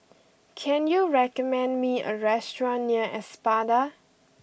can you recommend me a restaurant near Espada